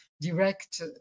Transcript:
direct